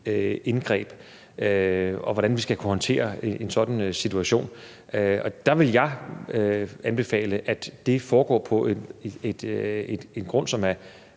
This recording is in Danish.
indgreb, og hvordan vi skal kunne håndtere en sådan situation. Der vil jeg anbefale, at det foregår på en grund, hvor